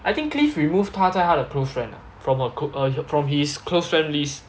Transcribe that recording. I think cliff removed 她在他的 close friends ah from her cl~ err from his close friend list